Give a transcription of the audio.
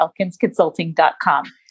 ElkinsConsulting.com